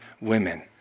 women